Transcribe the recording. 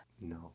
No